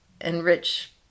enrich